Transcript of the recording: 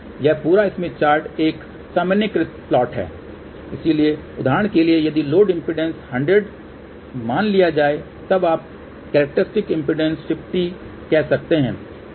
यह पूरा Smith chart एक सामान्यीकृत प्लॉट है इसलिए उदाहरण के लिए यदि लोड इम्पीडेन्स 100 मान लिया जाए तब आप कॅरक्टेरस्टिक्स इम्पीडेन्स 50 कह सकते हैं